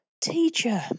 teacher